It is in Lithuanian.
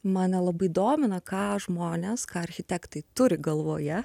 man nelabai domina ką žmonės ką architektai turi galvoje